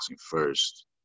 first